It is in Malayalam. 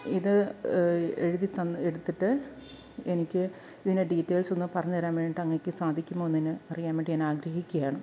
ഇത് എഴുതിത്തന്ന എടുത്തിട്ട് എനിക്ക് ഇതിൻ്റെ ഡീറ്റൈൽസൊന്ന് പറഞ്ഞുതരാന്വേണ്ടിയിട്ട് അങ്ങയ്ക്ക് സാധിക്കുമോ എന്ന് അറിയാൻ വേണ്ടി ആഗ്രഹിക്കുകയാണ്